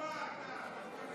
מיקי